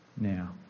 now